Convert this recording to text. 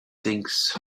things